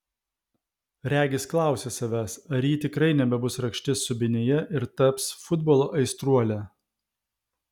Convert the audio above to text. regis klausia savęs ar ji tikrai nebebus rakštis subinėje ir taps futbolo aistruole